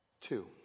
Two